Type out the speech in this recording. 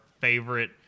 favorite